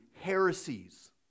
heresies